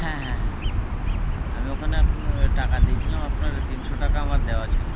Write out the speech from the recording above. হ্যাঁ হ্যাঁ হ্যাঁ হ্যাঁ আমি ওখানে আপনার টাকা দিয়েছিলাম আপনার তিনশো টাকা আমার দেওয়া ছিলো